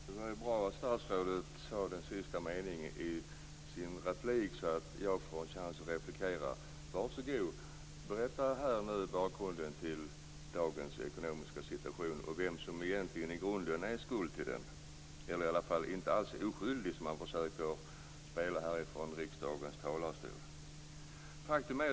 Fru talman! Det var ju bra att statsrådet sade den sista meningen i sin replik, så att jag får en chans att replikera: Var så god, berätta nu om bakgrunden till dagens ekonomiska situation och vem som i grunden är skuld till den - eller i varje fall inte så oskyldig som han försöker spela från riksdagens talarstol.